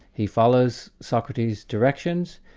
he follows socrates' directions,